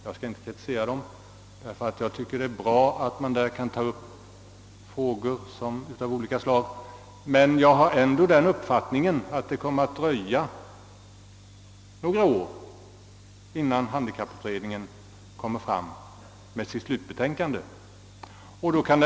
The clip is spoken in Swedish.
Jag skall inte kritisera dem; jag tycker att det är bra att utredningen får ta upp problem av olika slag, men det måste dröja några år innan handikapputredningen hinner lägga fram sitt slutbetänkande.